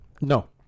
no